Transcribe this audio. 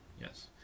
Yes